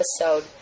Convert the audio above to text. episode